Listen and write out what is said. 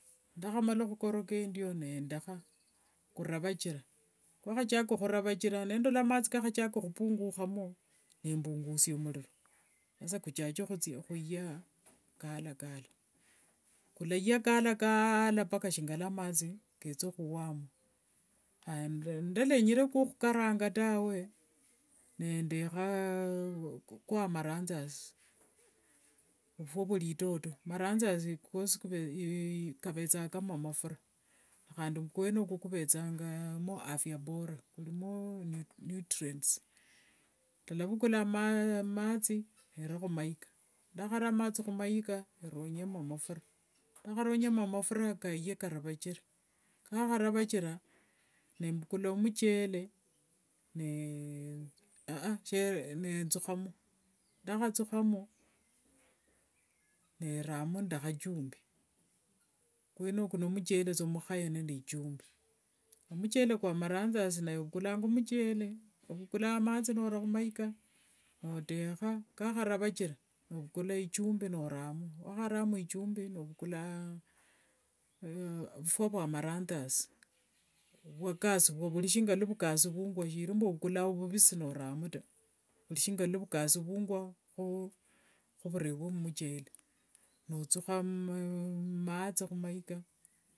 Ndakhamala khukoroga endio nendekha kuravachira. Kwakhachaka kuravachira, ndakhakhola mathi nikakhachaka khupungukhamo, nembusia muliro. Sasa kuchake khuya kalakala. Kulaya kalakalaa mpaka shingaluamathi kethuhuwamo. Aya, ndalenyere kokukaranga tawe, nendekha kwamarathasi. ovufwa vwelitoto. Marathasi kwosi kuve kavethanga kama mafura. Nehandi mwene okwo khuvethangamo afya bora. Kulimo nutrients. Ndalavukula amathi, nera khumaika. Ndakhara amathi khumaika, eronyiemo mafura. Ndakharonyiamo mafura kaye karavachira. Kwakharavachira, nembukula muchere ne aa she thukhamo. Ndakgathukhamo, nendamo nende khachumbi. Kweneko nu muchere mukhaya nende ichumbi. Omuchere kwamarathasi naye okulanga muchere, ovukulanga muchere nora khumaika notekha kakharavachira, novukula ichumbi noramo. Niwakharamo ichumbi novukula ovufwa vwa amarathasi, vwakasivua vuli nga luavukasivungua. Shiri mbu oklvukula vuvisi noramo ta. Vukishinga vukasivungua khivurevue mumuchere. Nothukha mathi khumaika.